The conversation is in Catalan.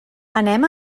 anem